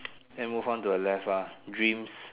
then move on to the left ah dreams